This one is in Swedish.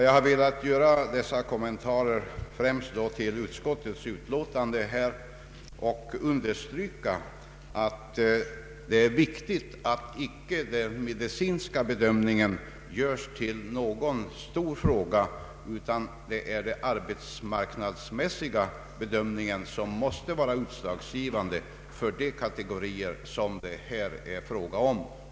Jag har velat göra dessa kommentarer till utskottsutlåtandet främst för att understryka att den medicinska bedömningen här icke får tillmätas någon avgörande betydelse, utan att det är den arbetsmarknadsmässiga bedömningen som måste vara utslagsgivande för de kategorier det här är fråga om.